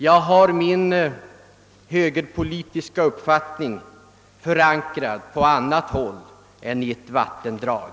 Jag har min högerpolitiska uppfattning förankrad på annat håll än i ett vattendrag.